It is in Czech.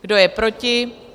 Kdo je proti?